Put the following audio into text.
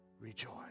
rejoice